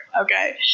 Okay